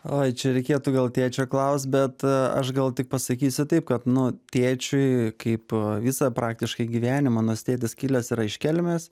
oi čia reikėtų gal tėčio klaust bet aš gal tik pasakysiu taip kad nu tėčiui kaip visą praktiškai gyvenimą nors tėtis kilęs yra iš kelmės